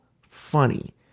funny